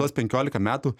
tuos penkiolika metų